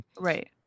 right